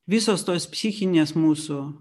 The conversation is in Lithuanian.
visos tos psichinės mūsų